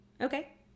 Okay